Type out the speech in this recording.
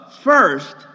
first